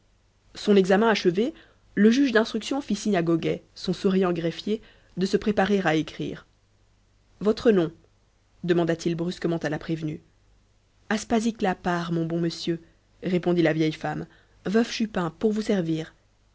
son examen achevé le juge d'instruction fit signe à goguet son souriant greffier de se préparer à écrire votre nom demanda-t-il brusquement à la prévenue aspasie clapard mon bon monsieur répondit la vieille femme veuve chupin pour vous servir